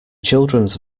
children’s